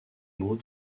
mots